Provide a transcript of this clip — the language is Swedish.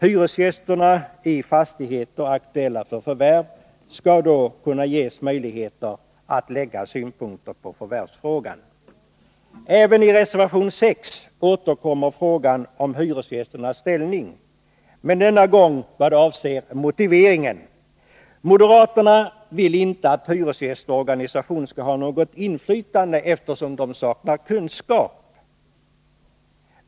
Hyresgästerna i fastigheter, aktuella för förvärv, skall ges möjligheter att anföra synpunkter på förvärvsfrågan. Även i reservation 6 återkommer frågan om hyresgästernas ställning — men denna gång beträffande motiveringen. Moderaterna vill inte att hyresgästorganisationerna skall ha något inflytande eftersom de saknar kunskap.